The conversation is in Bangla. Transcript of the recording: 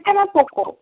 এটা আমার পোকো